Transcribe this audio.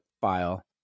file